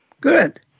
Good